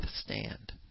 stand